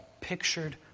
pictured